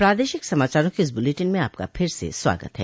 प्रादेशिक समाचारों के इस बुलेटिन में आपका फिर से स्वागत है